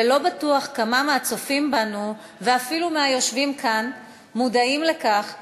ולא בטוח כמה מהצופים בנו ואפילו מהיושבים כאן מודעים לכך שהחוק,